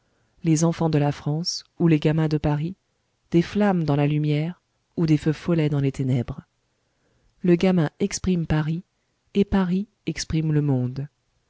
les enfants de la france ou les gamins de paris des flammes dans la lumière ou des feux follets dans les ténèbres le gamin exprime paris et paris exprime le monde